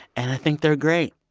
and i think they're great.